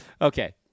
Okay